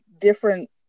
different